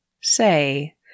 say